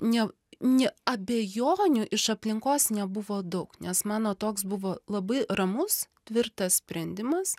ne ne abejonių iš aplinkos nebuvo daug nes mano toks buvo labai ramus tvirtas sprendimas